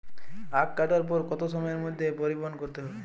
আখ কাটার পর কত সময়ের মধ্যে পরিবহন করতে হবে?